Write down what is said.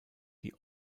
die